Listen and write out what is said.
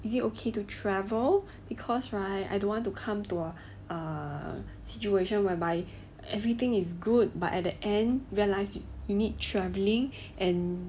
is it okay to travel because right I don't want to come to a situation whereby everything is good but at the end realise you you need traveling and